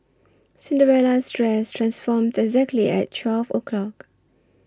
Cinderella's dress transformed exactly at twelve O' clock